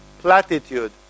platitude